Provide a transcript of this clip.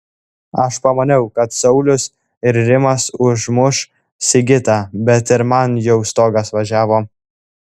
aš pamaniau kad saulius ir rimas užmuš sigitą bet ir man jau stogas važiavo